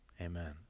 amen